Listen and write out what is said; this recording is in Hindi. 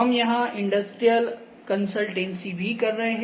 हम यहां इंडस्ट्रियल कंसल्टेंसी भी कर रहे हैं